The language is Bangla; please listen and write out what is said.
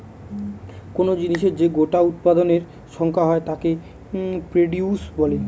কোন জিনিসের যে গোটা উৎপাদনের সংখ্যা হয় তাকে প্রডিউস বলে